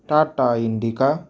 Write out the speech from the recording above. Tata indica